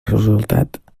resultat